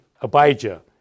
Abijah